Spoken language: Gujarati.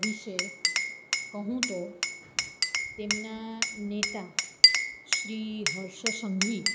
વિષે કહું તો તેમના નેતા શ્રી હર્ષ સંઘવી